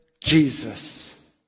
Jesus